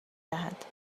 دهد